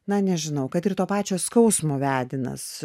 na nežinau kad ir to pačio skausmo vedinas